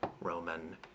Roman